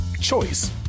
Choice